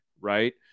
right